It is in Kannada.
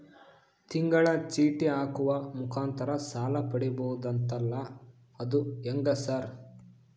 ತಿಂಗಳ ಚೇಟಿ ಹಾಕುವ ಮುಖಾಂತರ ಸಾಲ ಪಡಿಬಹುದಂತಲ ಅದು ಹೆಂಗ ಸರ್?